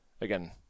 again